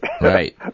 Right